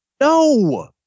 No